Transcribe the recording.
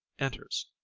enters.